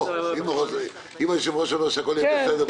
אם היושב-ראש אומר שהכול יהיה בסדר בסוף אז אני רגוע.